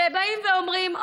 שבאים ואומרים,